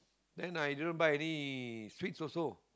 then i didn't buy any sweet also